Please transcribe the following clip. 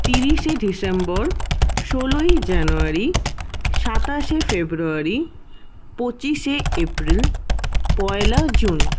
তিরিশে ডিসেম্বর ষোলোই জানুয়ারি সাতাশে ফেব্রুয়ারি পঁচিশে এপ্রিল পয়লা জুন